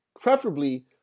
preferably